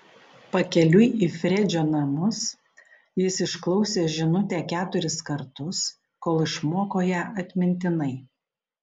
pakeliui į fredžio namus jis išklausė žinutę keturis kartus kol išmoko ją atmintinai